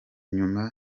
nyuma